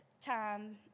time